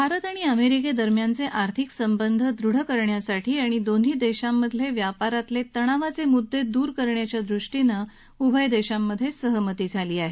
भारत आणि अमेरिके दरम्यानचे आर्थिक संबंध अधिक दृढ करण्यासाठी आणि दोन्ही देशांमधले परस्पर व्यापारातले तणावातले मुद्दे दूर करण्याच्या दृष्टीनं उभय देशांमध्ये सहमती झाली आहे